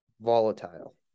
volatile